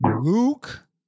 Luke